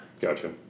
Gotcha